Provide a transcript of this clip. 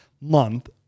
month